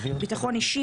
ביטחון אישי,